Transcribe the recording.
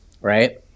Right